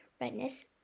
redness